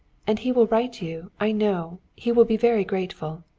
and he will write you, i know. he will be very grateful.